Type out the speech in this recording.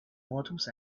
models